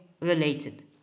related